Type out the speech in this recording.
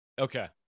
Okay